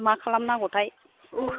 मा खालाम नांगौथाय